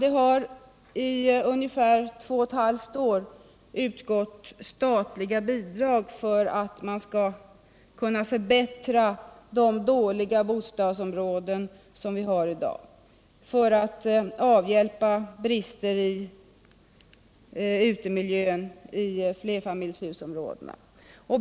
Det har i ungefär två och ett halvt år utgått statliga bidrag för att kunna förbättra de dåliga bostadsområdena och för att kunna avhjälpa bristerna i utemiljön i flerfamiljshusområdena.